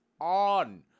on